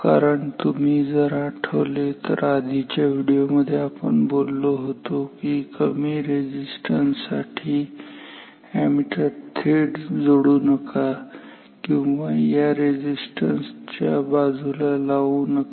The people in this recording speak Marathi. कारण जर तुम्ही आठवले तर आपल्या आधीच्या व्हिडिओमध्ये आपण बोललो होतो की कमी रेझिस्टन्स साठी अॅमीटर थेट जोडू नका किंवा या रेझिस्टन्स च्या बाजूला लावू नका